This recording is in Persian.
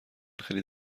خیلی